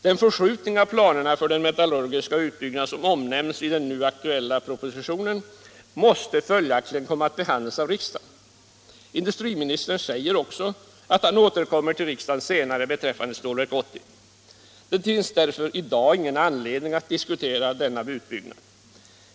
Den förskjutning av planerna för den metallurgiska utbyggnaden som omnämns i den nu aktuella propositionen måste följaktligen komma att behandlas av riksdagen. Industriministern säger också att han återkommer till riksdagen senare beträffande Stålverk 80. Det finns därför i dag ingen anledning att diskutera denna utbyggnad.